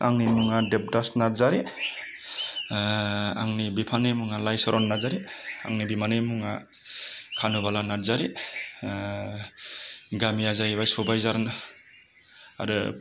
आंनि मुङा देबदास नार्जारि आंनि बिफानि मुङा लाइसरन नार्जारि आंनि बिमानि मुङा कानुबाला नार्जारि गामिया जाहैबाय सबायझार आरो